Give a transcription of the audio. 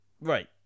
right